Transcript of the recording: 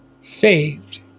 saved